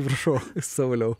atsiprašau sauliau